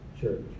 church